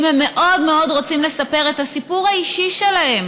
אם הם מאוד מאוד רוצים לספר את הסיפור האישי שלהם